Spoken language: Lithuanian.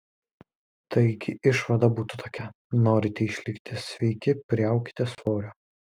taigi išvada būtų tokia norite išlikti sveiki priaukite svorio